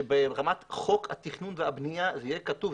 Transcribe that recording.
ברמת חוק התכנון והבנייה זה יהיה כתוב.